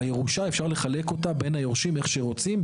ואת הירושה אפשר לחלק בין היורשים איך שרוצים,